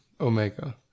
omega